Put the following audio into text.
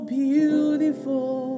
beautiful